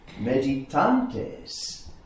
meditantes